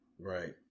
Right